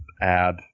add